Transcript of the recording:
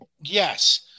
Yes